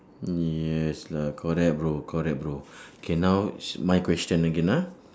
yes lah correct bro correct bro K now my question again ah